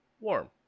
warm